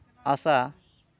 ᱟᱥᱟ